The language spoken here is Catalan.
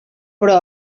però